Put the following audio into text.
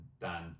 Dan